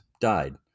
died